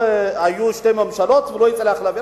היו שתי ממשלות והוא לא הצליח להעביר.